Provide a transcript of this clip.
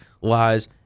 lies